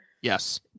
Yes